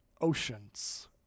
oceans